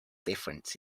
difference